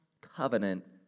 covenant